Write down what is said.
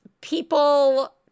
people